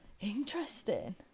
Interesting